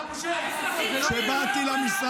אתה צריך להתבייש.